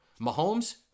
Mahomes